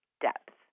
depth